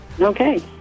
Okay